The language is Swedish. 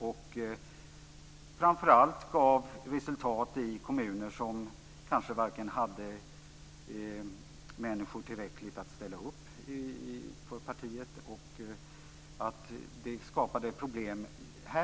Det gav framför allt resultat i kommuner som kanske inte hade tillräckligt många som kunde ställa upp för partiet. Det skapade problem.